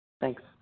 Thanks